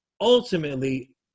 ultimately